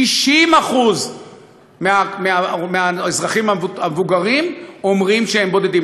60% מהאזרחים המבוגרים אומרים שהם בודדים,